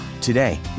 Today